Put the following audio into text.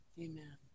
Amen